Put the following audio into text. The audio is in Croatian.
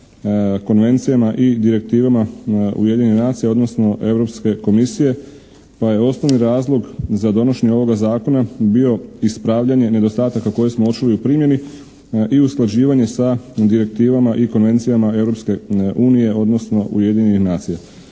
konvencijama i direktivama Ujedinjenih nacija odnosno Europske komisije pa je osnovni razlog za donošenje ovog zakona bio ispravljanje nedostataka koje smo uočili u primjeni i usklađivanje sa direktivama i konvencijama Europske unije odnosno Ujedinjenih nacija.